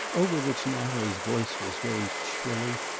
over which natalie's voice was raised shrilly,